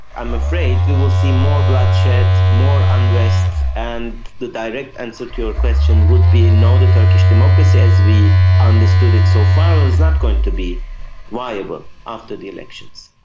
i'm afraid we will see more bloodshed, more unrest, and the direct answer to your question would be no, the turkish democracy as we understood it so far is not going to be viable after the elections.